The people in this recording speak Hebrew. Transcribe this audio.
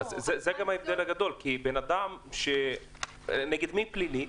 זה גם ההבדל הגדול כי מי פלילי?